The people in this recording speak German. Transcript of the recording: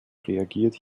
reagiert